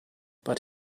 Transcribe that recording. but